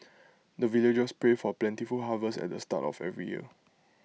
the villagers pray for plentiful harvest at the start of every year